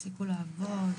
הפסיקו לעבוד,